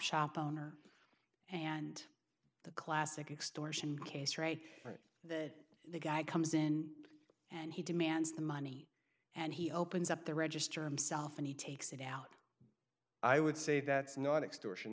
shop owner and the classic extortion case right right that the guy comes in and he demands the money and he opens up the register him self and he takes it out i would say that's not extortion